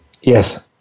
Yes